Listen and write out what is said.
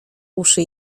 uszy